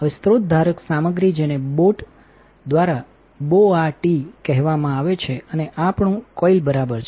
હવે સ્રોત ધારક સામગ્રી જેનેબોટબોટદ્વારાબોઆટીકહેવામાં આવે છેઅને આ આપણું કોઇલ બરાબર છે